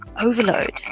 overload